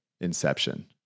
Inception